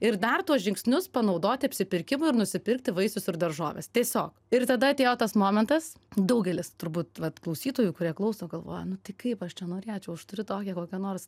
ir dar tuos žingsnius panaudoti apsipirkimui ir nusipirkti vaisius ar daržoves tiesiog ir tada atėjo tas momentas daugelis turbūt vat klausytojų kurie klauso galvoja nu tai kaip aš čia norėčiau aš turiu tokią kokią nors